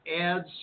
adds